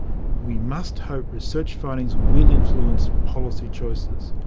we must hope research findings will influence policy choices.